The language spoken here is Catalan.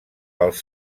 pels